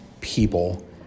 people